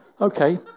Okay